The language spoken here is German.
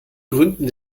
gründen